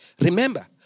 Remember